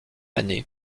année